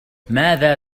ماذا